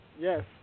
yes